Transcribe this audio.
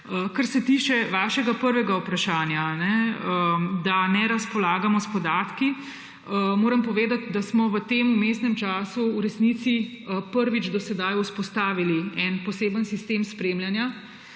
Kar se tiče vašega prvega vprašanja, da ne razpolagamo s podatki, moram povedati, da smo v tem vmesnem času v resnici prvič do sedaj vzpostavili en poseben sistem spremljanja,